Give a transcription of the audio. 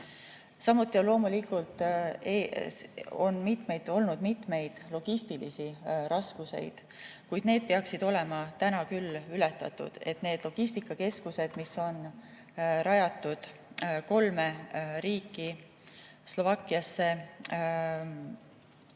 Samuti on loomulikult olnud logistilisi raskusi, kuid need peaksid olema tänaseks küll ületatud. Need logistikakeskused, mis on rajatud kolme riiki – Slovakkiasse,